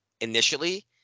initially